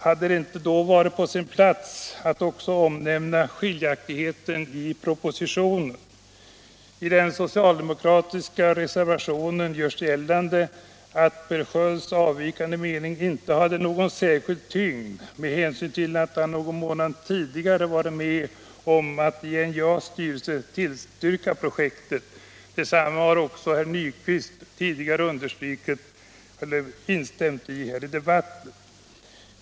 Hade det inte varit på sin plats att också omnämna skiljaktigheten i propositionen? I den socialdemokratiska reservationen görs gällande att Per Skölds avvikande mening inte hade någon särskild tyngd med hänsyn till att han någon månad tidigare varit med om att i NJA:s styrelse tillstyrka projektet. Detta har också herr Nyquist framhållit i debatten.